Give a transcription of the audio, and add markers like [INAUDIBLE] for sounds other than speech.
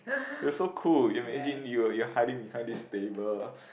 it was so cool imagine you were you were hiding behind this table [BREATH]